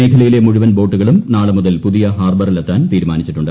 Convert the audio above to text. മൃഖ്ലയില്ല മുഴുവൻ ബോട്ടുകളും നാളെ മുതൽ പുതിയ ഹാർബറിലെത്താൻ തീരുമാനിച്ചിട്ടുണ്ട്